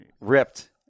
ripped